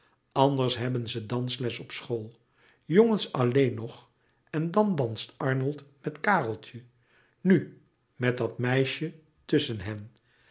anders hebben ze dansles op school jongens alleen nog en dan danst arnold met kareltje nu met dat meisje tusschen hen